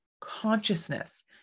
consciousness